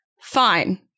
Fine